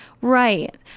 Right